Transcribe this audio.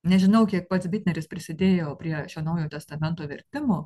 nežinau kiek pats bitneris prisidėjo prie šio naujojo testamento vertimo